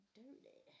dirty